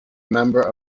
member